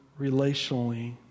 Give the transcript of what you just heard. relationally